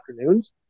afternoons